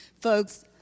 Folks